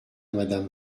madame